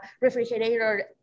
refrigerator